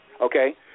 Okay